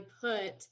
put